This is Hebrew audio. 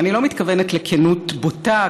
ואני לא מתכוונת לכנות בוטה,